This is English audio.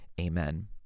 Amen